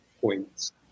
points